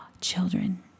Children